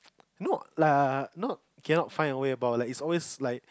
no like not cannot find a way about it's always like